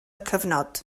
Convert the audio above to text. cyfnod